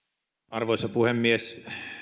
arvoisa puhemies